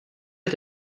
est